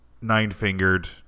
nine-fingered